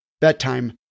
bedtime